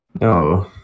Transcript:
no